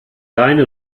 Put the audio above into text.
deine